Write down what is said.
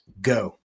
Go